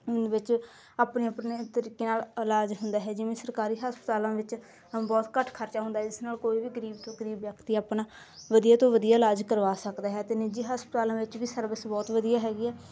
ਵਿੱਚ ਆਪਣੇ ਆਪਣੇ ਤਰੀਕੇ ਨਾਲ ਇਲਾਜ ਹੁੰਦਾ ਹੈ ਜਿਵੇਂ ਸਰਕਾਰੀ ਹਸਪਤਾਲਾਂ ਵਿੱਚ ਬਹੁਤ ਘੱਟ ਖਰਚਾ ਹੁੰਦਾ ਜਿਸ ਨਾਲ ਕੋਈ ਵੀ ਗਰੀਬ ਤੋਂ ਗਰੀਬ ਵਿਅਕਤੀ ਆਪਣਾ ਵਧੀਆ ਤੋਂ ਵਧੀਆ ਇਲਾਜ ਕਰਵਾ ਸਕਦਾ ਹੈ ਅਤੇ ਨਿਜੀ ਹਸਪਤਾਲਾਂ ਵਿੱਚ ਵੀ ਸਰਵਿਸ ਬਹੁਤ ਵਧੀਆ ਹੈਗੀ ਆ